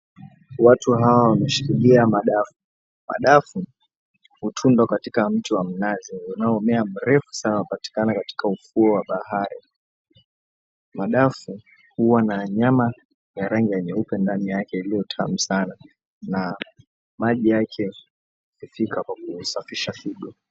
Watu hawa wameshikilia madafu, madafu hutungwa katika mti wa mnazi unaomea mrefu sana, hupatikana katika ufuo wa bahari, madafu huwa na nyama ya rangi ya nyeupe ndani yake iliyo tamu sana na maji yake husafisha figo.